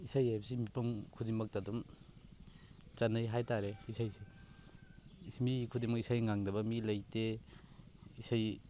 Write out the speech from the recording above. ꯏꯁꯩ ꯍꯥꯏꯕꯁꯦ ꯃꯤꯄꯨꯡ ꯈꯨꯗꯤꯡꯃꯛꯇ ꯑꯗꯨꯝ ꯆꯟꯅꯩ ꯍꯥꯏꯇꯥꯔꯦ ꯏꯁꯩꯁꯦ ꯃꯤ ꯈꯨꯗꯤꯡꯃꯛ ꯏꯁꯩ ꯉꯪꯗꯕ ꯃꯤ ꯂꯩꯇꯦ ꯏꯁꯩ